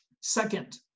Second